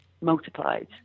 multiplied